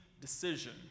decision